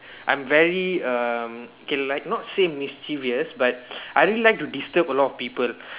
I'm very um okay like not say mischievous but I really like to disturb a lot of people